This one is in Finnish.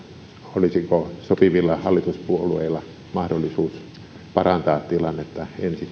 olisiko sopivilla hallituspuolueilla mahdollisuus parantaa tilannetta ensi